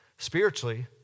Spiritually